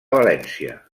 valència